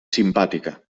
simpàtica